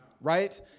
right